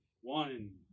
one